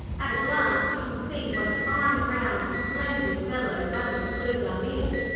at a glance you can see what a fine, round, splendid fellow bunyip bluegum is,